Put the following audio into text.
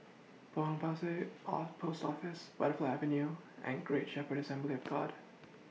Potong Pasir Post Office Butterfly Avenue and Great Shepherd Assembly of God